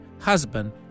husband